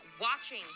watching